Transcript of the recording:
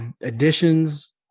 additions